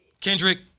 Kendrick